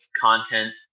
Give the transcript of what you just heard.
content